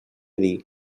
dir